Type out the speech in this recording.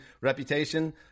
reputation